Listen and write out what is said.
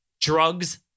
drugs